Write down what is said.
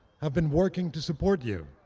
have been working to support you.